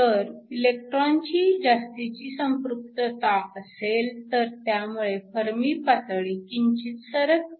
तर इलेक्ट्रॉनची जास्तीची संपृक्तता असेल तर त्यामुळे फर्मी पातळी किंचित सरकते